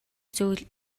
зүйл